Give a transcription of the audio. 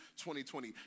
2020